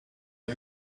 are